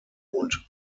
und